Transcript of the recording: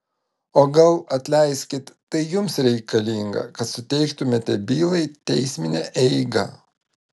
o gal atleiskit tai jums reikalinga kad suteiktumėte bylai teisminę eigą